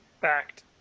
Fact